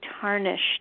tarnished